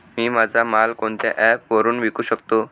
मी माझा माल कोणत्या ॲप वरुन विकू शकतो?